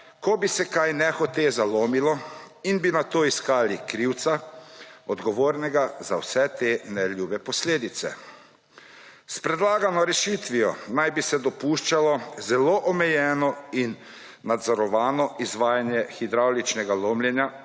ko bi se kaj nehote zalomilo in bi nato iskali krivca, odgovornega za vse te neljube posledice. S predlagano rešitvijo naj bi se dopuščalo zelo omejeno in nadzorovano izvajanje hidravličnega lomljenja,